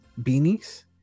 beanies